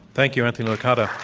thank you, anthony licata.